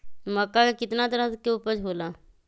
मक्का के कितना तरह के उपज हो ला?